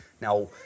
Now